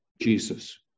Jesus